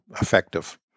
effective